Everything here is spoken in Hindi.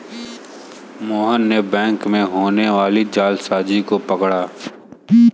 मोहन ने बैंक में होने वाली जालसाजी को पकड़ा